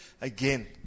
again